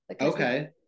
okay